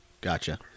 Gotcha